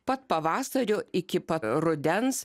pat pavasario iki pat rudens